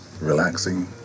relaxing